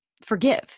forgive